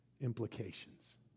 implications